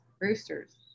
roosters